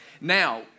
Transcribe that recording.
Now